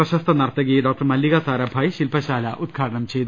പ്രശസ്ത നർത്തകി ഡോക്ടർ മല്ലികാ സാരാഭായ് ശില്പശാല ഉദ്ഘാടനം ചെയ്തു